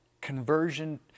conversion